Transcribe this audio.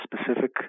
specific